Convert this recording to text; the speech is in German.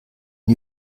die